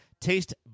Taste